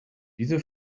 diese